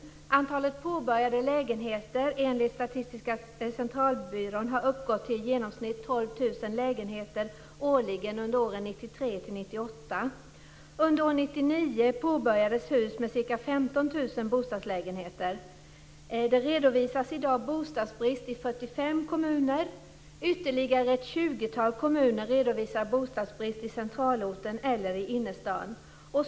Antalet påbörjade lägenheter har enligt Statistiska centralbyrån uppgått till i genomsnitt 12 000 årligen under åren 1993-1998. Under år 1999 påbörjades hus med ca 15 000 bostadslägenheter. Men det redovisas i dag bostadsbrist i 45 kommuner. Ytterligare ett tjugotal kommuner redovisar bostadsbrist i centralorten eller i innerstaden.